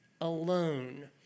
alone